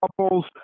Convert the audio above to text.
couples